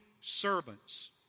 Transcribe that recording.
servants